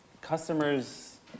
customers